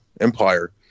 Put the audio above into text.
Empire